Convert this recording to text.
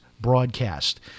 broadcast